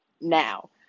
now